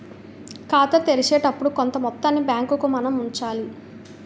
ఖాతా తెరిచేటప్పుడు కొంత మొత్తాన్ని బ్యాంకుకు మనం ఉంచాలి